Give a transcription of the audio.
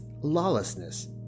lawlessness